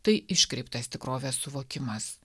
tai iškreiptas tikrovės suvokimas